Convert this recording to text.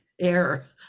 air